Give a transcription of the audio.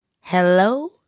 hello